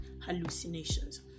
hallucinations